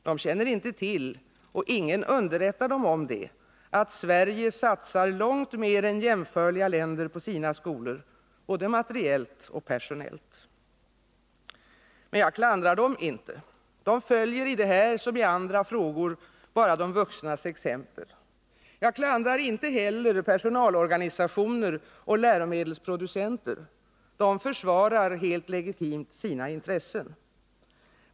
De känner inte till — och ingen underrättar dem om det — att Sverige satsar långt mer än jämförliga länder på sina skolor, både materiellt och personellt. Men jag klandrar dem inte — de följer i detta som i andra sammanhang bara de vuxnas exempel. Jag klandrar inte heller personalorganisationer och läromedelsproducenter — de försvarar helt legitimt sina intressen.